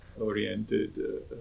oriented